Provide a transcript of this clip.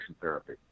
therapy